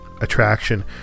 attraction